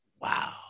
wow